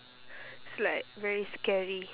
it's like very scary